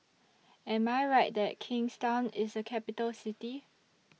Am I Right that Kingstown IS A Capital City